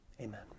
amen